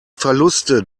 verluste